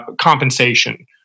compensation